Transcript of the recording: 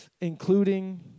including